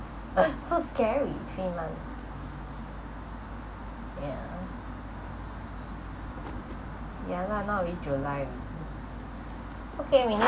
so scary three months yeah yeah lah now already july already okay we need